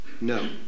no